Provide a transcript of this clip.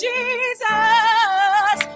Jesus